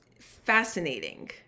fascinating